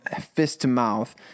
fist-to-mouth